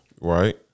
Right